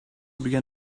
began